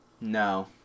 No